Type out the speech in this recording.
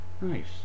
Nice